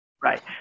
Right